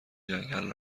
جنگلی